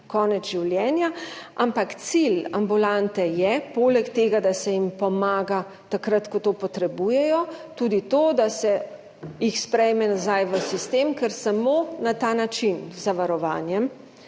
konec življenja, ampak cilj ambulante je poleg tega, da se jim pomaga takrat, ko to potrebujejo, tudi to, da se jih sprejme nazaj v sistem, ker samo na ta način – z zavarovanjem